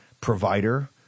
provider